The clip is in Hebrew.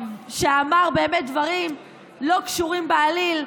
שאמר באמת דברים לא קשורים בעליל,